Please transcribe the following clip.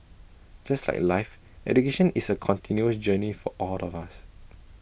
just like life education is A continuous journey for all of us